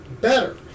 better